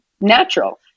natural